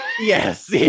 Yes